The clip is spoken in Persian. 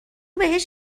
بهش